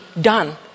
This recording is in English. done